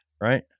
Right